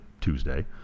Tuesday